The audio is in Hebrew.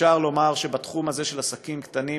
שאפשר לומר שבתחום הזה של עסקים קטנים